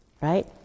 right